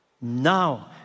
Now